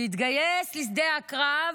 להתגייס לשדה הקרב